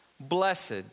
Blessed